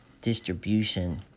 distribution